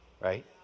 right